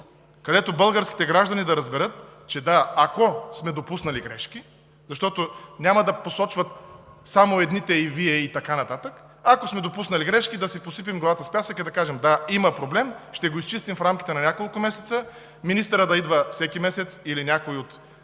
който българските граждани да разберат, че ако сме допуснали грешки, защото няма да посочват само едните, ако сме допуснали грешки, да си посипем главите с пясък и да кажем: „Да, има проблем, ще го изчистим в рамките на няколко месеца. Министърът да идва всеки месец, или някой от